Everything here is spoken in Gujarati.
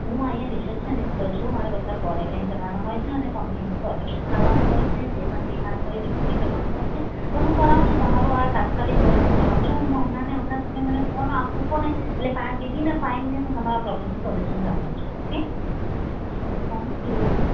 હું અહીંયા રિશેપ્સનીસ્ટ પર છું મારે બધા કોલ અટેન્ડ કરવાના હોય છે અને ક્મ્પ્લેઇન્ટનું સોલ્યુશન લાવવાનું હોય છે જે પણ ડિમાન્ડ હોય છે એ પૂરી કરવાની હોય છે પણ હું કરાવું છું તમારું હું તાત્કાલિક ધોરણે કરાવું છું હું તમારું હમણાંને હમણાં તમે મને આપ ફોન મુકો એટલે ફાઇવ વિધિન ફાઈવ મિનિટ હું તમારા પ્રોબ્લેમનું સોલ્યુશન લેવડાવું છું okay okay sure thank you yeah હમ